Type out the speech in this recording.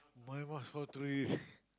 my boss call three